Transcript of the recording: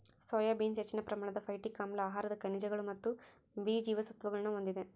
soya beans ಹೆಚ್ಚಿನ ಪ್ರಮಾಣದ phytic ಆಮ್ಲ ಆಹಾರದ ಖನಿಜಗಳು ಮತ್ತು ಬಿ ಜೀವಸತ್ವಗುಳ್ನ ಹೊಂದಿದೆ